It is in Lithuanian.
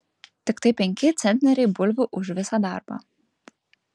tiktai penki centneriai bulvių už visą darbą